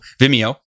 Vimeo